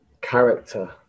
character